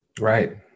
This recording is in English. Right